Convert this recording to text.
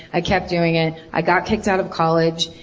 i kept doing it. i got kicked out of college.